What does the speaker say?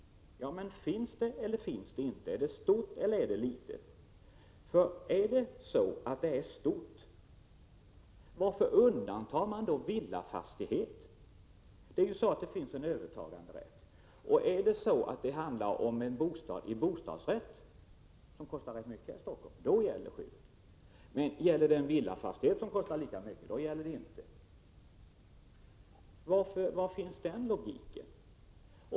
Finns det behovet eller finns det inte? Är det stort eller är det litet? Är det så att det är stort — varför undantar man då villafastighet? Det finns ju en övertaganderätt. Om det handlar om en bostadsrätt, som kostar ganska mycket här i Stockholm, gäller skyddet. Men om det är fråga om en villa som kostar lika mycket, då gäller det inte. Var finns logiken här?